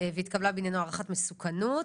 והתקבלה בעניינו הערכת מסוכנות